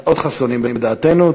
מאוד חסונים בדעתנו.